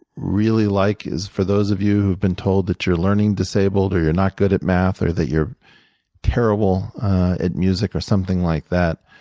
really like is for those of you who have been told that you're learning disabled, or you're not good at math, or that you're terrible at music, or something like that,